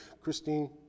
Christine